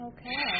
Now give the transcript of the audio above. Okay